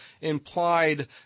implied